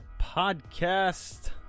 Podcast